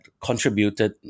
contributed